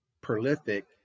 prolific